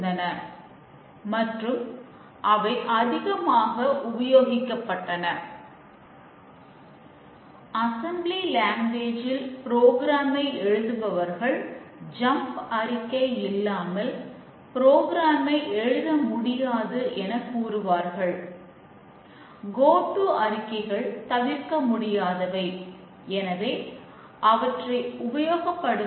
verification இயக்குகிறோம் மற்றும் தேவைகளுக்கு எதிராக அதை சரிபார்க்கிறோம்